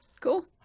cool